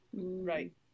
right